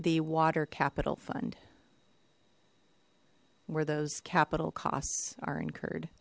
the water capital fund where those capital costs are incurred